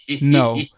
no